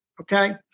Okay